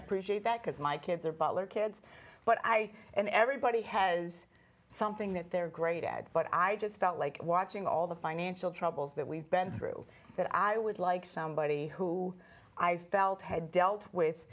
appreciate that because my kids are baller kids but i and everybody has something that they're great add but i just felt like watching all the financial troubles that we've been through that i would like somebody who i felt had dealt with